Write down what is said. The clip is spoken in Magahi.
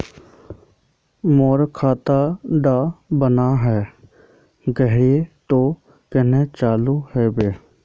मोर खाता डा बन है गहिये ते कन्हे चालू हैबे?